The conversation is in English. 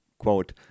Quote